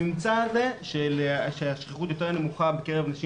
הממצא הזה של השכיחות היותר נמוכה בקרב נשים